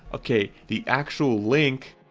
okay. the actual link,